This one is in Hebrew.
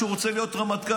כשהוא רוצה להיות רמטכ"ל,